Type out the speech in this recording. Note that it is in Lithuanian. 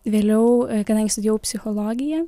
vėliau kadangi studijavau psichologija